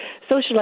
Social